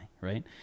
right